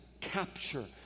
capture